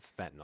fentanyl